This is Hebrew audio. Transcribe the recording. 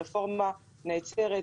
הרפורמה תיעצר.